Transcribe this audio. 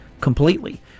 completely